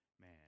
man